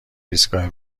ایستگاه